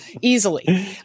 easily